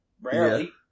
rarely